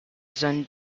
zone